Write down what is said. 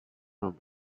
from